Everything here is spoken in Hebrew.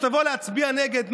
כשתבוא להצביע נגד,